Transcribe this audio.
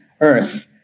Earth